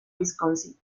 wisconsin